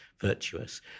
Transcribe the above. virtuous